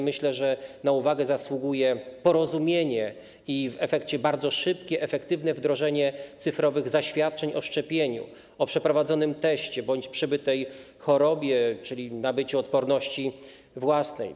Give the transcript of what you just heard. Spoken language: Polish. Myślę, że na uwagę zasługuje porozumienie i bardzo szybkie, efektywne wdrożenie cyfrowych zaświadczeń o szczepieniu, o przeprowadzonym teście bądź przebytej chorobie, czyli nabyciu odporności własnej.